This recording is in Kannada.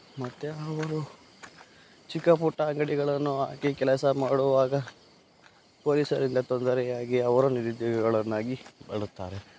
ಮತ್ತು ಅವರು ಚಿಕ್ಕ ಪುಟ್ಟ ಅಂಗಡಿಗಳನ್ನು ಹಾಕಿ ಕೆಲಸ ಮಾಡುವಾಗ ಪೊಲೀಸರಿಂದ ತೊಂದರೆಯಾಗಿ ಅವರು ನಿರುದ್ಯೋಗಿಗಳನ್ನಾಗಿ ಬಾಳುತ್ತಾರೆ